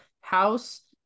house